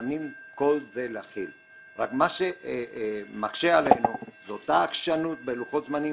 מוכנים להחיל את הכול אבל מה שמקשה עלינו היא העקשנות בלוחות הזמנים